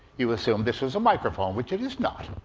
you assumed this was a microphone, which it is not.